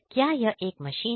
क्या यह एक मशीन है